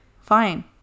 Fine